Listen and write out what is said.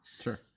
Sure